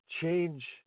change